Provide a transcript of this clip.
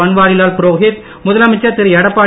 பன்வாரிலால் புரோகித் முதலமைச்சர் எடப்பாடி